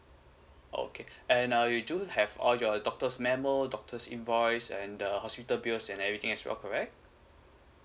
okay and uh you do have all your doctor's memo doctors invoice and the hospital bills and everything as well correct